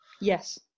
yes